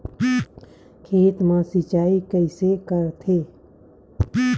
खेत मा सिंचाई कइसे करथे?